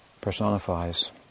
personifies